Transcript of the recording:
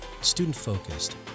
student-focused